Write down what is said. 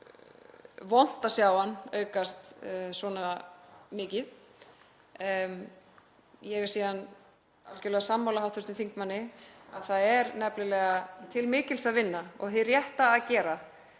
vont að sjá hann aukast svona mikið. Ég er síðan algerlega sammála hv. þingmanni að það er nefnilega til mikils að vinna og hið rétta að gera